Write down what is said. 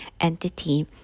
entity